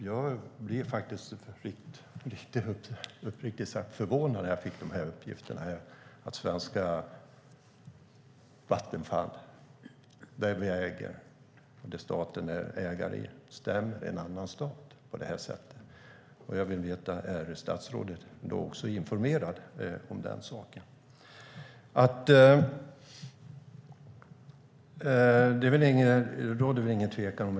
Jag blev uppriktigt förvånad när jag fick uppgifterna att svenska Vattenfall som staten är ägare i stämmer en annan stat på det sättet. Därför vill jag veta om statsrådet är informerad om den saken.